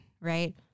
right